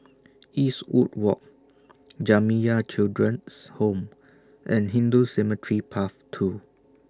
Eastwood Walk Jamiyah Children's Home and Hindu Cemetery Path two